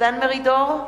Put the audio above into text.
דן מרידור,